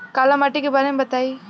काला माटी के बारे में बताई?